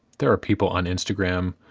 there are people on instagram,